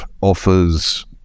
offers